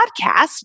podcast